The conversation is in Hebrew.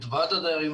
את ועד הדיירים,